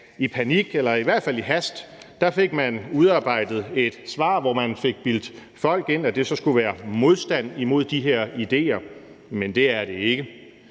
i panik eller i hvert fald i hast fik man udarbejdet et svar, hvor man fik bildt folk ind, at det så skulle være modstand imod de her idéer. Men det er det ikke.